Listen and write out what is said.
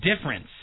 difference